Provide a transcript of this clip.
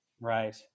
Right